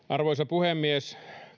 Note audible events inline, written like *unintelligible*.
*unintelligible* arvoisa puhemies